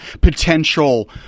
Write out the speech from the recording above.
potential